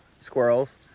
squirrels